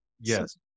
Yes